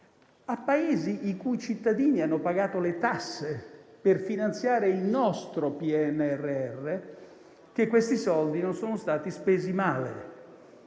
a Paesi i cui cittadini hanno pagato le tasse per finanziare il nostro PNRR, che questi soldi non sono stati spesi male.